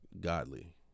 godly